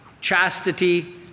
chastity